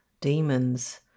demons